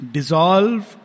Dissolve